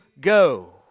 go